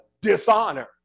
dishonor